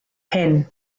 hyn